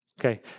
Okay